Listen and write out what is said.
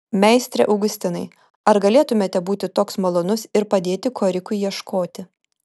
meistre augustinai ar galėtumėte būti toks malonus ir padėti korikui ieškoti